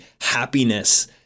happiness